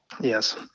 Yes